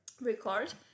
record